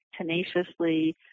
tenaciously